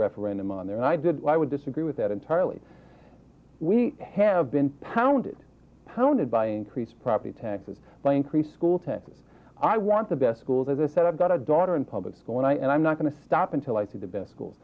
referendum on there and i did i would disagree with that entirely we have been pounded pounded by increased property taxes by increase school taxes i want the best schools as i said i've got a daughter in public school and i and i'm not going to stop until i see the best schools